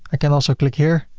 i can also click here,